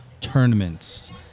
tournaments